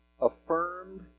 affirmed